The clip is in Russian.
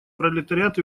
пролетариат